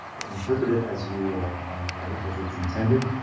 interpret it as you as it's intended,